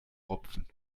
rupfen